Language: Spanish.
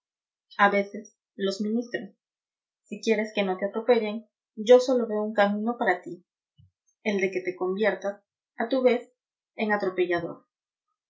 a veces los ministros si quieres que no te atropellen yo sólo veo un camino para ti el de que te conviertas a tu vez en atropellador